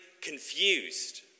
confused